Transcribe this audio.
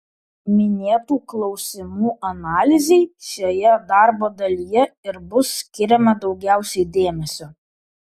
minėtų klausimų analizei šioje darbo dalyje ir bus skiriama daugiausiai dėmesio